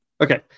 Okay